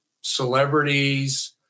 celebrities